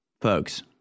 Folks